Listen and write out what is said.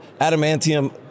adamantium